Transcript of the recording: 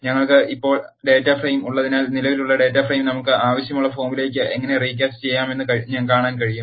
ഞങ്ങൾക്ക് ഇപ്പോൾ data frame ഉള്ളതിനാൽ നിലവിലുള്ള ഡാറ്റ ഫ്രെയിം നമുക്ക് ആവശ്യമുള്ള ഫോമിലേക്ക് എങ്ങനെ റീകാസ്റ്റ് ചെയ്യാമെന്ന് കാണാൻ കഴിയും